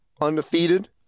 undefeated